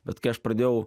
bet kai aš pradėjau